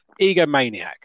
egomaniac